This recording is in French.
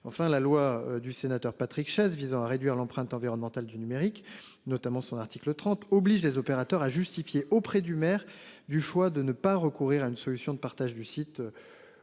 Enfin la loi du sénateur Patrick Chaize visant à réduire l'empreinte environnementale du numérique notamment son article 30 oblige les opérateurs à justifier auprès du maire, du choix de ne pas recourir à une solution de partage du site.